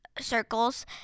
circles